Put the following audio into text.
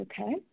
Okay